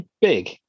big